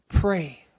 Pray